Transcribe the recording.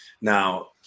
Now